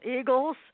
Eagles